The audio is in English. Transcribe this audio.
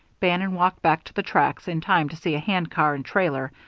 bannon walked back to the tracks, in time to see a handcar and trailer,